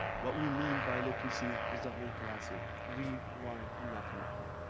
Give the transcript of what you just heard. what we mean by literacy is the whole classic, read, write, and mathematic,